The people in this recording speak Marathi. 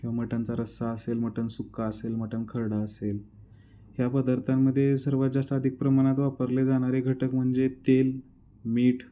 किंवा मटनचा रस्सा असेल मटन सुक्का असेल मटन खरडा असेल ह्या पदार्थांमध्ये सर्वात जास्त अधिक प्रमाणात वापरले जाणारे घटक म्हणजे तेल मीठ